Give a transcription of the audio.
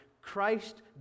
Christ